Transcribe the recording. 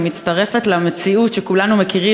אני מצטרפת למציאות שכולנו מכירים,